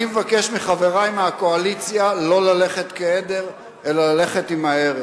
אני מבקש מחברי מהקואליציה לא ללכת כעדר אלא ללכת עם הערך.